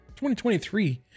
2023